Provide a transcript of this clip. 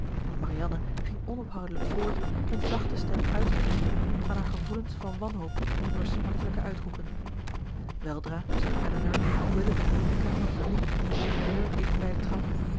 marianne ging onophoudelijk voort met zachte stem uiting te geven aan haar gevoelens van wanhoop door smartelijke uitroepen weldra zag elinor dat willoughby de kamer verliet door de deur dichtbij de trap